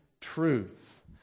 truth